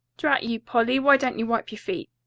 drat you, polly, why don't you wipe your feet?